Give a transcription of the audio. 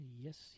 Yes